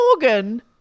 Morgan